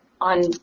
on